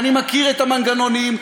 אני מכיר את המנגנונים.